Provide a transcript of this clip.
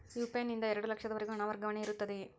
UPI ನಿಂದ ಎರಡು ಲಕ್ಷದವರೆಗೂ ಹಣ ವರ್ಗಾವಣೆ ಇರುತ್ತದೆಯೇ?